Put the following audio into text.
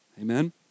Amen